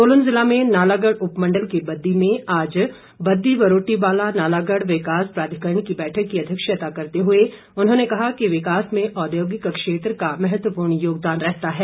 सोलन ज़िला में नालागढ़ उपमण्डल के बद्दी में आज बद्दी बरोटीवाला नालागढ़ विकास प्राधिकरण की बैठक की अध्यक्षता करते हुए उन्होंने कहा कि विकास में औद्योगिक क्षेत्र का महत्वपूर्ण योगदान रहता है